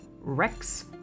Rex